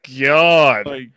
god